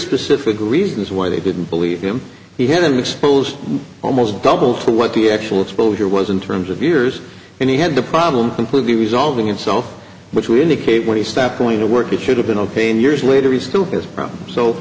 specific reasons why they didn't believe him he had been exposed almost double to what the actual exposure was in terms of years and he had the problem completely resolving itself which will indicate when he stepped going to work it should have been ok in years later he still has problems so